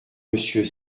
monsieur